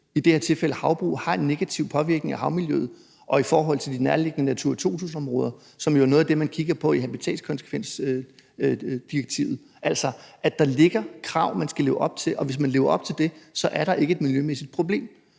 i det her tilfælde havbrug har en negativ påvirkning af havmiljøet og de nærliggende natura 2000-områder, som jo er noget af det, man kigger på i habitatkonsekvensdirektivet, altså at der ligger krav, man skal leve op til, og hvis man lever op til dem, er der ikke et miljømæssigt problem.